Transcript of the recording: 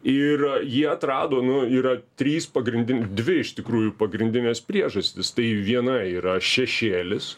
ir jie atrado nu yra trys pagrindinė dvi iš tikrųjų pagrindinės priežastys tai viena yra šešėlis